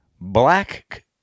Black